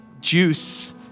juice